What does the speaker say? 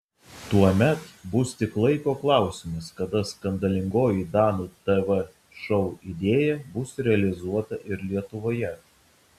tuomet bus tik laiko klausimas kada skandalingoji danų tv šou idėja bus realizuota ir lietuvoje